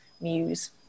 muse